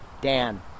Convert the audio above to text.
Dan